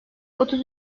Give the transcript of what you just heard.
otuz